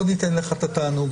לא ניתן לך את התענוג.